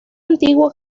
antigua